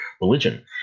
religion